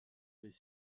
les